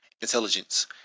intelligence